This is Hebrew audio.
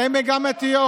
הן מגמתיות.